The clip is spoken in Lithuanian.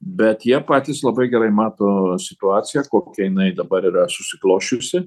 bet jie patys labai gerai mato situaciją kokia jinai dabar yra susiklosčiusi